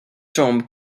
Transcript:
tomb